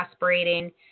aspirating